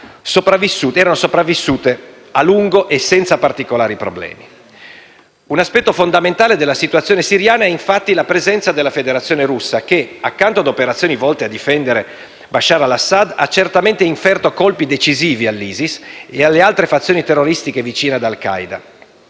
erano sopravvissute a lungo e senza particolari problemi. Un aspetto fondamentale della situazione siriana è infatti la presenza della Federazione Russa che, accanto a operazioni volte a difendere Bashar al-Assad, ha certamente inferto colpi decisivi all'ISIS e alle altre fazioni terroristiche vicine ad al Qaeda,